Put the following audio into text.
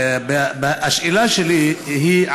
השאלה שלי היא,